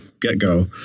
get-go